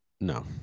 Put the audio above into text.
no